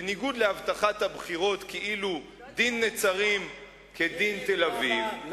בניגוד להבטחת הבחירות כאילו דין נצרים כדין תל-אביב,